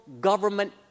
government